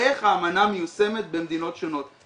איך האמנה מיושמת במדינות שונות.